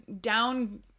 down